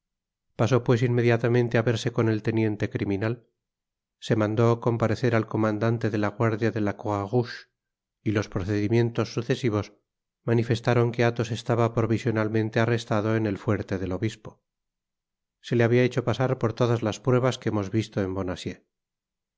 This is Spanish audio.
pasó pues inmediatamente á verse con el teniente criminal se mandó comparecer al comandante de la guardia de la croix rouge y los procedimientos sucesivos manifestaron que athos estaba provisionalmente arrestado en el fuerte del obispo se le habia hecho pasar por todas las pruebas que hemos visto en